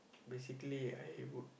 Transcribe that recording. basically I would